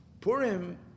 Purim